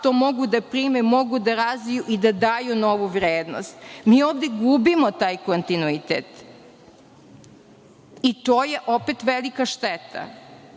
to mogu da prime, mogu da razviju i da daju novu vrednost. Mi ovde gubimo taj kontinuitet. I to je, opet, velika šteta.